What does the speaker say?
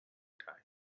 time